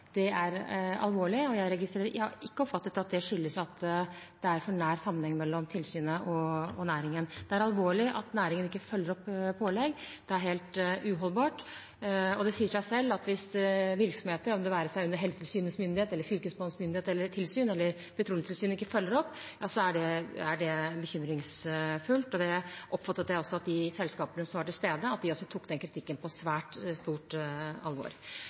Det er alvorlig. Jeg har ikke oppfattet at det skyldes at det er for nær binding mellom tilsynet og næringen. Det er alvorlig at næringen ikke følger opp pålegg. Det er helt uholdbart. Det sier seg selv at det er bekymringsfullt hvis virksomheter som er under myndighet eller tilsyn, det være seg fra Helsetilsynet, Fylkesmannen eller Petroleumstilsynet, ikke følger opp. Jeg oppfattet også at de selskapene som var til stede, tok den kritikken på svært stort alvor.